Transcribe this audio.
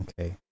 Okay